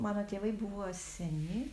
mano tėvai buvo seni